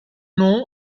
nom